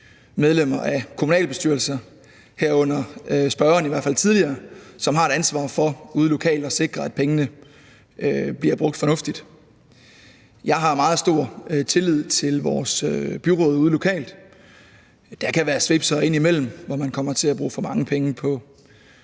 medlemmer af kommunalbestyrelserne – herunder spørgeren, i al fald tidligere – som har et ansvar for ude lokalt at sikre, at pengene bliver brugt fornuftigt. Jeg har meget stor tillid til vores byråd ude lokalt, selv om der kan være svipsere indimellem, hvor man kommer til at bruge for mange penge på